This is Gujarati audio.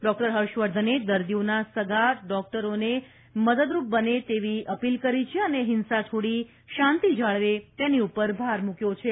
ડોકટર હર્ષવર્ધને દર્દીઓના સગા ડોકટરોને મદદરૂપ બને તેવી અપીલ કરી છે અને હિંસા છોડી શાંતિ જાળવે તેની પર ભાર મૂક્યો છે